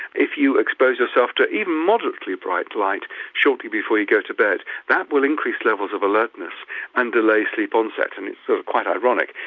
if you expose yourself to even moderately bright light shortly before you go to bed, that will increase levels of alertness and delay sleep onset. and it's so quite ironic,